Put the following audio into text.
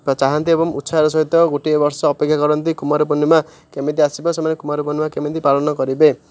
ଚାହାଁନ୍ତି ଏବଂ ଉଚ୍ଛାହର ସହିତ ଗୋଟିଏ ବର୍ଷ ଅପେକ୍ଷା କରନ୍ତି କୁମାର ପୂର୍ଣ୍ଣିମା କେମିତି ଆସିବ ସେମାନେ କୁମାର ପୂର୍ଣ୍ଣିମା କେମିତି ପାଳନ କରିବେ